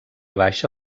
baixa